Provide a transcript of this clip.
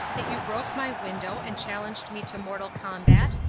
that you broke my window, and challenged me to mortal combat,